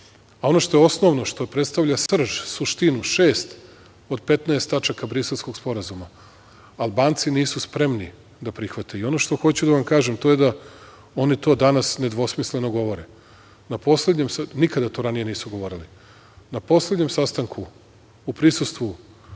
a ono što je osnovno, što predstavlja srž, suštinu šest od 15 tačaka Briselskog sporazuma, Albanci nisu spremni da prihvate.I ono što hoću da vam kažem to je da oni to danas nedvosmisleno govore. Nikada to ranije nisu govorili. Na poslednjem sastanku u prisustvu